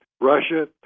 Russia